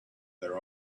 their